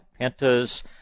pentas